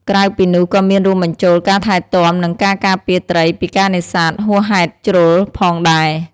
ក្រៅពីនោះក៏មានរួមបញ្ចូលការថែទាំ និងការការពារត្រីពីការនេសាទហួសហេតុជ្រុលផងដែរ។